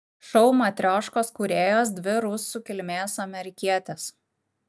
šou matrioškos kūrėjos dvi rusų kilmės amerikietės